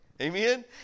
Amen